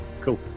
Cool